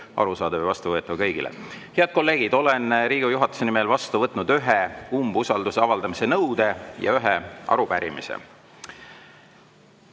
arusaadav ja vastuvõetav kõigile. Head kolleegid, olen Riigikogu juhatuse nimel vastu võtnud ühe umbusalduse avaldamise nõude ja ühe arupärimise.